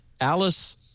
Alice